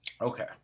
Okay